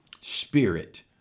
spirit